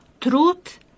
truth